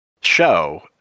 show